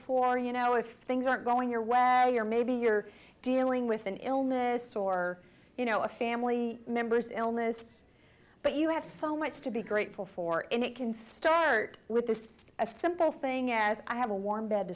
for you know if things aren't going your way you're maybe you're dealing with an illness or you know a family members illness but you have so much to be grateful for and it can start with this a simple thing as i have a warm bed